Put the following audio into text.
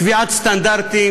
קביעת סטנדרטים,